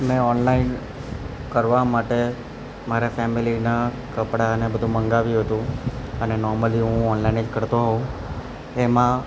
મેં ઓનલાઇન કરવા માટે મારા ફેમિલીના કપડાને બધું મંગાવ્યું હતું અને નોમલી હું ઓનલાઇન જ કરતો હોઉં એમાં